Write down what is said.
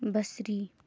بصری